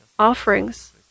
Offerings